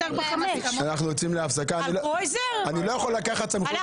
ההצבעה על הרוויזיה תתקיים ב-10:55 (הישיבה